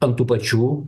ant tų pačių